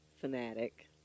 fanatic